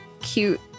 cute